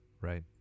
right